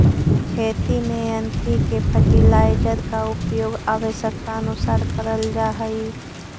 खेती में NPK fertiliser का उपयोग आवश्यकतानुसार करल जा हई